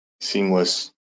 seamless